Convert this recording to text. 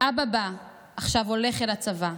אבא בא, עכשיו הולך אל הצבא.